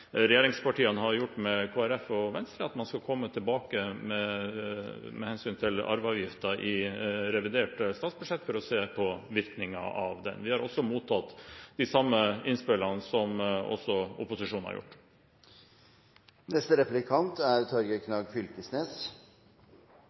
regjeringspartiene har inngått med Kristelig Folkeparti og Venstre, at man skal komme tilbake med hensyn til arveavgiften i revidert statsbudsjett for å se på virkningen av den. Vi har mottatt de samme innspillene som opposisjonen har gjort.